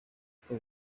uko